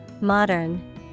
Modern